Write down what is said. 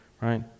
right